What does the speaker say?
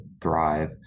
thrive